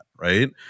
right